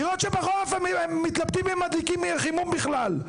לראות שבחורף הם מתלבטים אם מדליקים חימום בכלל.